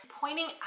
pointing